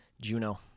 Juno